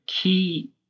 key